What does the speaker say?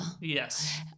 Yes